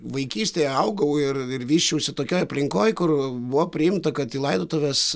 vaikystėje augau ir ir vysčiausi tokioj aplinkoj kur buvo priimta kad į laidotuves